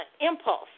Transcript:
impulse